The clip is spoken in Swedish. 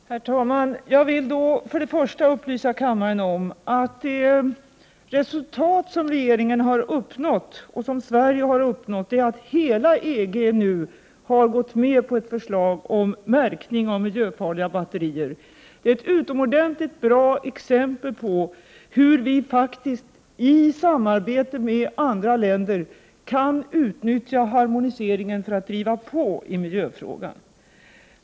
Herr talman! Jag vill för det första upplysa kammaren om att det resultat som regeringen och Sverige har uppnått är att hela EG nu har gått med på ett förslag om märkning av miljöfarliga batterier. Det är ett utomordentligt bra exempel på hur vi i Sverige i samarbete med andra länder kan utnyttja harmoniseringen för att driva på i miljöfrågan.